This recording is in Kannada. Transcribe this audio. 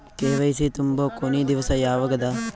ಕೆ.ವೈ.ಸಿ ತುಂಬೊ ಕೊನಿ ದಿವಸ ಯಾವಗದ?